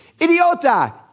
Idiota